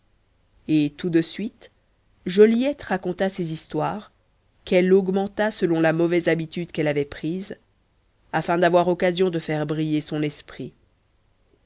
et tout de suite joliette raconta ces histoires qu'elle augmenta selon la mauvaise habitude qu'elle avait prise afin d'avoir occasion de faire briller son esprit